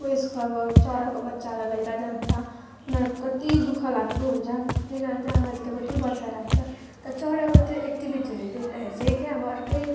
उएसको अब चराको बच्चाहरूलाई लिएर जान्छ उनीहरूको कति दुःखलाग्दो हुन्छ त्यही कारण चाहिँ आमाहरूसित कति बच्चा राख्छ तर चराको त्यो एक्टिभिटीहरू देख्दाखेरि चाहिँ क्या अब अर्कै